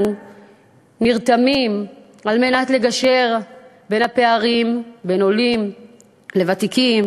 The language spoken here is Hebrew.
נרתמים בה על מנת לגשר על הפערים בין עולים לוותיקים,